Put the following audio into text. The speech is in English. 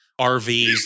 RVs